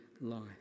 life